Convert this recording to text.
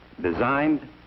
designed